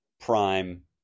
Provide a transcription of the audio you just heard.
Prime